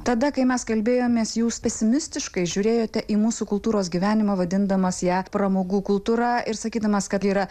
tada kai mes kalbėjomės jūs pesimistiškai žiūrėjote į mūsų kultūros gyvenimą vadindamas ją pramogų kultūra ir sakydamas kad ji yra